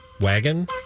wagon